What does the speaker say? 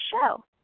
show